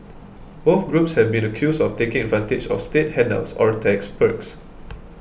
both groups have been accused of taking advantage of state handouts or tax perks